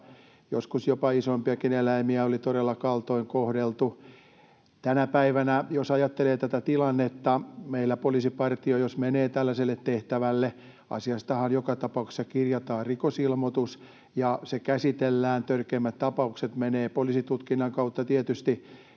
joskus jopa isompiakin eläimiä oli todella kaltoin kohdeltu. Jos tänä päivänä ajattelee tätä tilannetta, jos meillä poliisipartio menee tällaiselle tehtävälle, niin asiastahan joka tapauksessa kirjataan rikosilmoitus ja se käsitellään. Törkeimmät tapaukset menevät poliisitutkinnan kautta tietysti